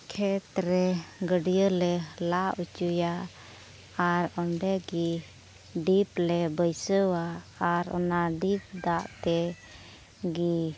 ᱠᱷᱮᱛ ᱨᱮ ᱜᱟᱹᱰᱭᱟᱹ ᱞᱮ ᱞᱟ ᱦᱚᱪᱚᱭᱟ ᱟᱨ ᱚᱸᱰᱮ ᱜᱮ ᱰᱷᱤᱯ ᱞᱮ ᱵᱟᱹᱭᱥᱟᱹᱣᱟ ᱟᱨ ᱚᱱᱟ ᱰᱤᱯ ᱫᱟᱜ ᱛᱮᱜᱮ